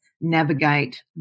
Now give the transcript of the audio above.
navigate